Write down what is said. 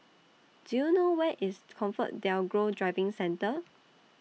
Do YOU know Where IS ComfortDelGro Driving Centre